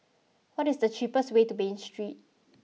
what is the cheapest way to Bain Street